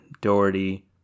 doherty